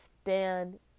stand